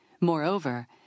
Moreover